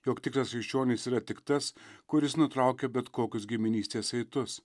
jog tikras krikščionis yra tik tas kuris nutraukia bet kokius giminystės saitus